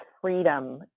freedom